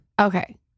Okay